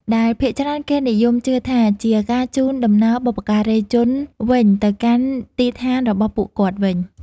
ដែលភាគច្រើនគេនិយមជឿថា ជាការជូនដំណើរបុព្វការីជនវិញទៅកាន់ទីឋានរបស់ពួកគាត់វិញ។